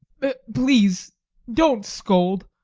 but please don't scold!